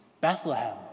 Bethlehem